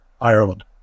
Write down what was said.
Ireland